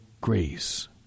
grace